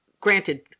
granted